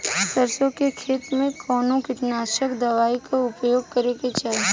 सरसों के खेत में कवने कीटनाशक दवाई क उपयोग करे के चाही?